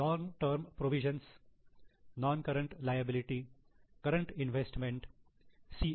long term provisions non current liability current investment C